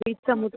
beach समुद्र